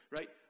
Right